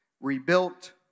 rebuilt